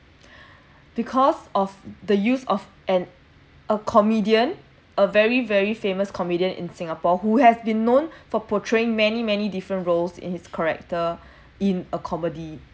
because of the use of an a comedian a very very famous comedian in singapore who has been known for portraying many many different roles in his character in a comedy